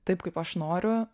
taip kaip aš noriu